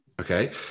Okay